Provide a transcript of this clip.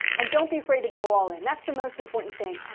and don't be afraid to go all in. that's the most important thing.